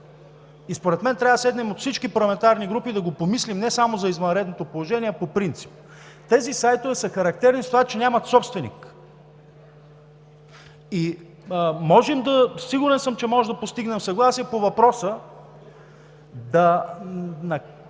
Според мен трябва да седнем от всички парламентарни групи да помислим не само за извънредното положение, а по принцип. Тези сайтове са характерни с това, че нямат собственик и съм сигурен, че можем да постигнем съгласие по въпроса да принудим